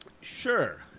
Sure